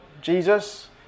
Jesus